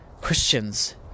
Christians